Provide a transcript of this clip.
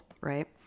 right